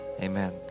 amen